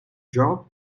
job